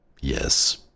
Yes